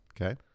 Okay